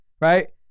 right